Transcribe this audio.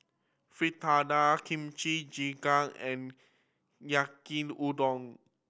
fritada Kimchi Jjigae and Yaki Udon